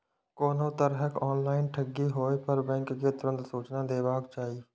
कोनो तरहक ऑनलाइन ठगी होय पर बैंक कें तुरंत सूचना देबाक चाही